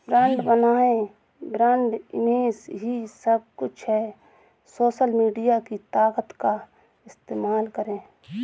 brand बनाएं, brand image ही सब कुछ है, सोशल मीडिया की ताकत का इस्तेमाल करें